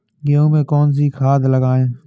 गेहूँ में कौनसी खाद लगाएँ?